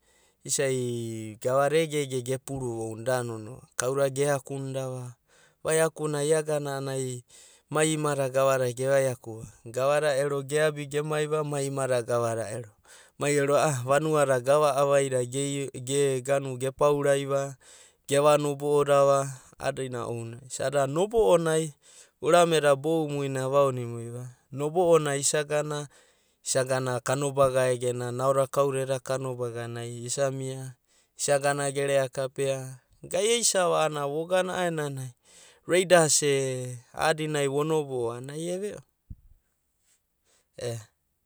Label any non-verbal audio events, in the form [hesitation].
Isa'i gavada egege gepuruva ounanai da nonoa kauda geakunda va, vaiakunai iagana a'ana mai imada gavada ge vaiaku va. Gavada ero geabi gemai va mai imada gavada ero, mai ero a'a vanua da gava avaidada gei u ge [hesitation] ge pauraiva geva nobo'odava a'adina ounanai. A'ada nobo'onai urameda boumuinai avaonimuiva nobo'onai isagana, isagana kanobaga egenai, naoda kaudada eda kanobaganai isamia isa ganagere'a kapea. Gai eisa va vogana a'aenanai reidas e a'adinai vonobo' a'ana ai eve'o ea.